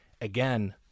again